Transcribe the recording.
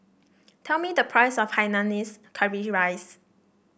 tell me the price of Hainanese Curry Rice